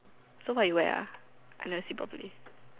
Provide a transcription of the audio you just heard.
so what you wear ah I never see properly